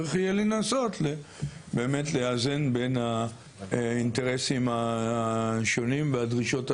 צריך יהיה לנסות באמת לאזן בין האינטרסים השונים והדרישות השונות.